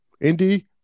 Indy